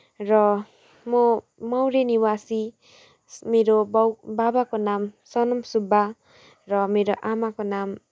र म मौरी निवासी मेरो बाबु बाबाको नाम सनम सुब्बा र मेरो आमाको नाम